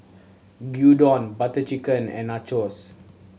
Gyudon Butter Chicken and Nachos